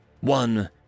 One